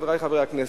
חברי חברי הכנסת,